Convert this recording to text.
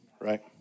right